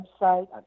website